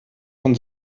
vom